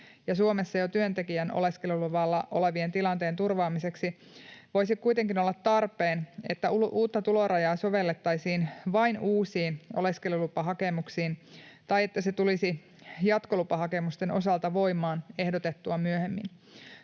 ja Suomessa jo työntekijän oleskeluluvalla olevien tilanteen turvaamiseksi voisi kuitenkin olla tarpeen, että uutta tulorajaa sovellettaisiin vain uusiin oleskelulupahakemuksiin tai että se tulisi jatkolupahakemusten osalta voimaan ehdotettua myöhemmin.